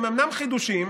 הם אומנם חידושים,